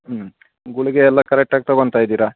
ಹ್ಞೂ ಗುಳಿಗೆಯೆಲ್ಲ ಕರೆಕ್ಟಾಗಿ ತಗೋತ ಇದ್ದೀರಾ